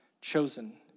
chosen